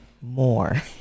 more